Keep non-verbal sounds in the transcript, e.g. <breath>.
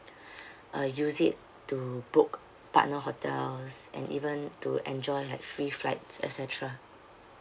<breath> uh use it to book partner hotels and even to enjoy like free flights et cetera